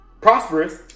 prosperous